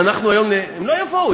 הם לא יבואו,